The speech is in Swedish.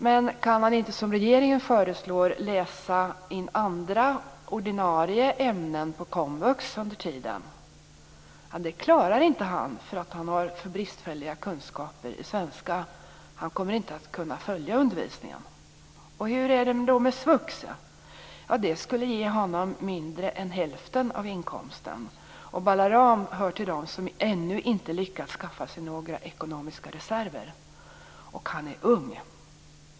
Men kan han inte, som regeringen föreslår, under tiden läsa in andra ordinarie ämnen på komvux? Han klarar det inte eftersom han har för bristfälliga kunskaper i svenska. Han kommer inte att kunna följa undervisningen. Hur är det då med svux? Det skulle ge honom mindre än hälften av inkomsten. Balaram hör till dem som ännu inte lyckats skaffa sig några ekonomiska reserver, och han är ung.